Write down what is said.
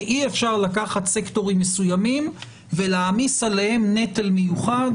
כי אי אפשר לקחת סקטורים מסוימים ולהעמיס עליהם נטל מיוחד,